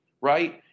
right